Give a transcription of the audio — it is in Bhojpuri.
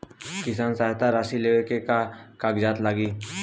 किसान सहायता राशि लेवे में का का कागजात लागी?